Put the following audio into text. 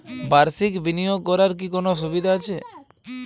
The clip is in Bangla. বাষির্ক বিনিয়োগ করার কি কোনো সুবিধা আছে?